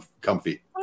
comfy